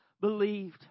believed